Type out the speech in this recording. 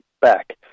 back